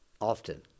often